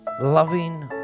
loving